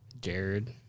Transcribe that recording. Jared